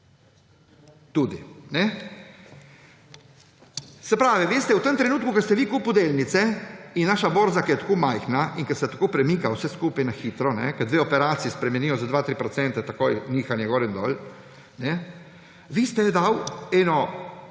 tudi. Se pravi, vi ste v tem trenutku, ko ste vi kupili delnice, in naša borza, ki je tako majhna in kjer se tako premika vse skupaj na hitro, kjer dve operaciji spremenijo za 2 %, 3 % takoj nihanje gor in dol. Vi ste dali